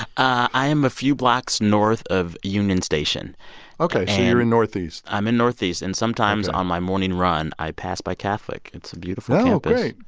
i am a few blocks north of union station ok. so you're in northeast i'm in northeast, and sometimes on my morning run, i pass by catholic. it's a beautiful place oh, great.